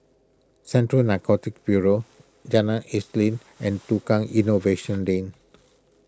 Central Narcotics Bureau Jalan Isnin and Tukang Innovation Lane